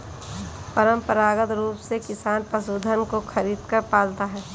परंपरागत रूप से किसान पशुधन को खरीदकर पालता है